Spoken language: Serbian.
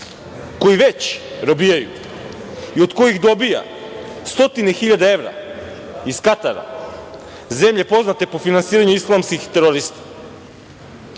koji već robijaju i od kojih dobija stotine hiljada evra iz Katara, zemlje poznate po finansiranju islamskih terorista. Takođe,